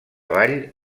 vall